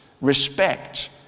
respect